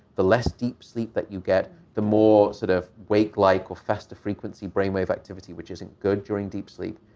the less deep sleep that you get, the more sort of wake-like or faster-frequency brainwave activity, which isn't good during deep sleep.